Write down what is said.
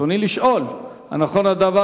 רצוני לשאול: 1. האם נכון הדבר?